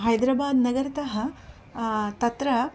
हैद्राबाद् नगरतः तत्र